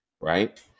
Right